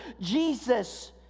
Jesus